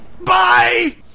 Bye